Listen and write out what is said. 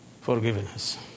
forgiveness